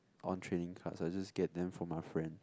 on trading cards I just get them from my friend